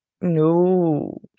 No